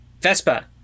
Vespa